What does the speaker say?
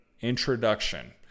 introduction